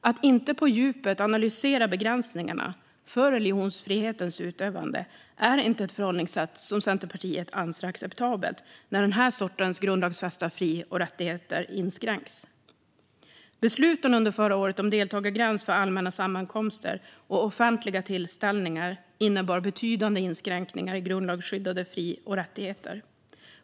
Att inte på djupet analysera begränsningarna för religionsfrihetens utövande är ett förhållningssätt som Centerpartiet anser inte är acceptabelt när den här sortens grundlagsfästa fri och rättigheter inskränks. Besluten under förra året om deltagargräns för allmänna sammankomster och offentliga tillställningar innebar betydande inskränkningar i grundlagsskyddade fri och rättigheter.